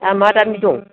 दामा दामि दं